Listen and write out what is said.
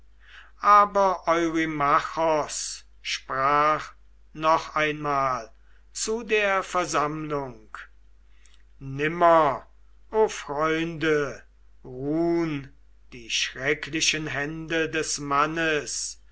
aber eurymachos sprach noch einmal zu der versammlung nimmer o freunde ruhn die schrecklichen hände des mannes